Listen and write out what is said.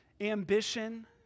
ambition